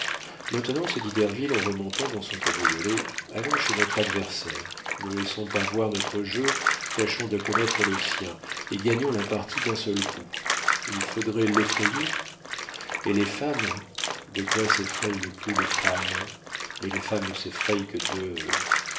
maintenant se dit derville en remontant dans son cabriolet allons chez notre adversaire ne laissons pas voir notre jeu tâchons de connaître le sien et gagnons la partie d'un seul coup il faudrait l'effrayer elle est femme de quoi s'effraient le plus les femmes mais les femmes ne s'effraient que de